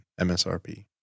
MSRP